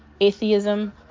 atheism